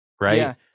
right